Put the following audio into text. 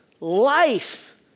life